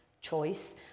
choice